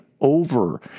over